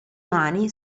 mani